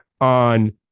on